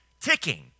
ticking